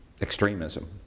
extremism